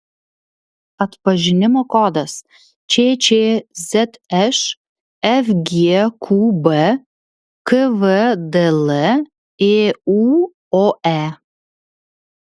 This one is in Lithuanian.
atpažinimo kodas ččzš fgqb kvdl ėuoe